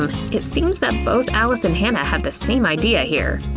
it seems that both alice and hannah have the same idea here.